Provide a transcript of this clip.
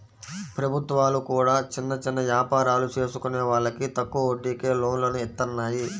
ప్రభుత్వాలు కూడా చిన్న చిన్న యాపారాలు చేసుకునే వాళ్లకి తక్కువ వడ్డీకే లోన్లను ఇత్తన్నాయి